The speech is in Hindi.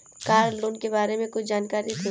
कार लोन के बारे में कुछ जानकारी दें?